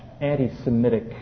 anti-Semitic